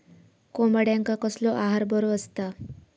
कोंबड्यांका कसलो आहार बरो असता?